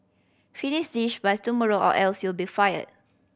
finish this by tomorrow or else you'll be fired